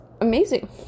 amazing